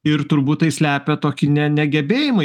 ir turbūt tai slepia tokį ne negebėjimą